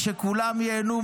שכולם ייהנו,